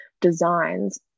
designs